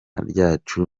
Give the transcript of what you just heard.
ryacu